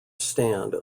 stand